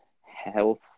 health